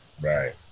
Right